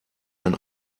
ein